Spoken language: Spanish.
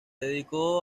dedicó